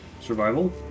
Survival